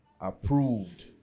approved